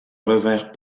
revinrent